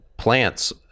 Plants